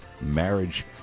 marriage